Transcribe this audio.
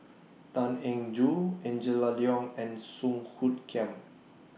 Tan Eng Joo Angela Liong and Song Hoot Kiam